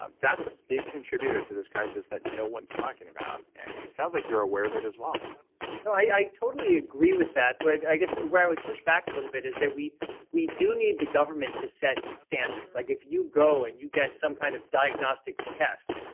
ah that's a big contributor to this crisis that no one's talking about. and it sounds like you're aware of it as well no, i totally agree with that, but i guess where i would push back a little bit is that we we do need the government to set standards. like if you go and you get some kind of diagnostic test,